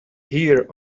here